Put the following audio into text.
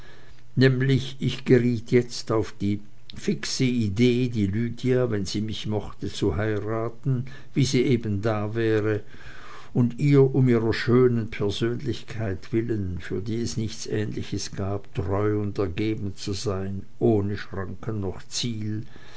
nämlich ich geriet jetzt auf die fixe idee die lydia wenn sie mich möchte zu heiraten wie sie eben wäre und ihr um ihrer schönen persönlichkeit willen für die es nichts ähnliches gab treu und ergeben zu sein ohne schranken noch ziel